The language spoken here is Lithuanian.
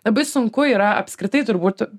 labai sunku yra apskritai turbūt